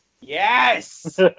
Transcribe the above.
Yes